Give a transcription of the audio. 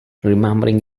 remembering